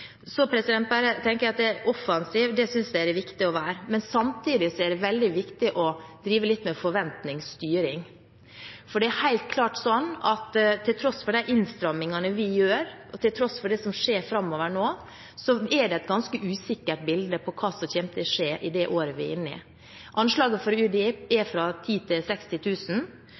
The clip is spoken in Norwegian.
Så tenker jeg at det er viktig å være offensiv. Men samtidig er det veldig viktig å drive litt med forventningsstyring, for det er helt klart slik at til tross for de innstrammingene vi gjør, og til tross for det som skjer framover nå, så er bildet ganske usikkert når det gjelder hva som kommer til å skje i det året vi er inne i – anslaget fra UDI er